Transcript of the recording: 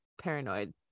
paranoid